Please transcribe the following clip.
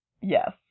Yes